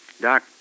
Doc